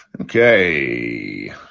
Okay